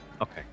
Okay